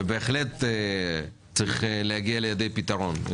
בהחלט צריך להגיע לידי פתרון.